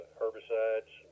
herbicides